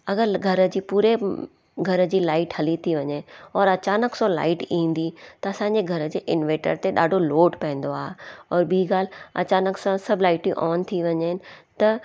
अगरि घर जी पूरे घर जी लाइट हली थी वञे और अचानक सां लाइट ईंदी त असांजे घर जे इनवेटर ते ॾाढो लोड पवंदो आहे और ॿी ॻाल्हि अचानक सां सभु लाइटियूं ऑन थी वञनि त